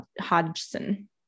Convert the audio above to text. Hodgson